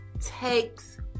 takes